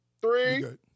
Three